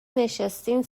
نشستین